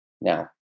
Now